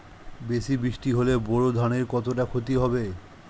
বেশি বৃষ্টি হলে বোরো ধানের কতটা খতি হবে?